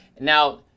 now